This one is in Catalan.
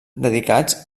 dedicats